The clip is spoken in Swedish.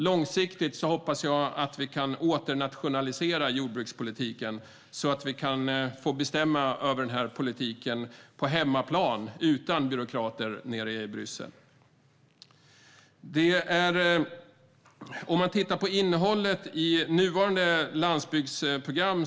Långsiktigt hoppas jag att vi kan åternationalisera jordbrukspolitiken, så att vi kan få bestämma över den här politiken på hemmaplan utan byråkrater nere i Bryssel. Man kan titta på innehållet i nuvarande landsbygdsprogram.